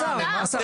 השר, אל תיגרר לזה.